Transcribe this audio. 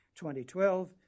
2012